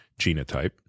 genotype